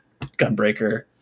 Gunbreaker